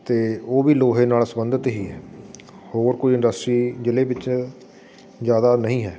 ਅਤੇ ਉਹ ਵੀ ਲੋਹੇ ਨਾਲ ਸੰਬੰਧਿਤ ਹੀ ਹੈ ਹੋਰ ਕੋਈ ਇੰਡਸਟਰੀ ਜ਼ਿਲ੍ਹੇ ਵਿੱਚ ਜ਼ਿਆਦਾ ਨਹੀਂ ਹੈ